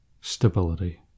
stability